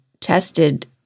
tested